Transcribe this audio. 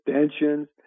extensions